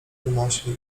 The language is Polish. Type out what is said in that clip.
grymasie